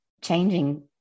changing